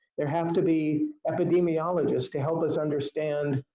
there have to be epidemiologists to help us understand,